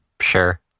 Sure